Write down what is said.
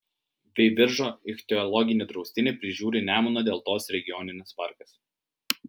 veiviržo ichtiologinį draustinį prižiūri nemuno deltos regioninis parkas